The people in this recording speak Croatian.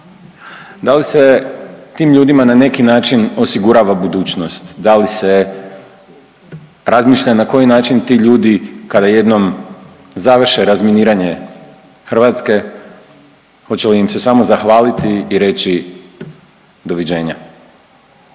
Da li se tim ljudima na neki način osigurava budućnost? Da li se razmišlja na koji način ti ljudi kada jednom završe razminiranje Hrvatske hoće li im se samo zahvaliti i reći doviđenja.